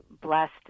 blessed